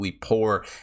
poor